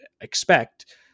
expect